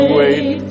wait